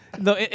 No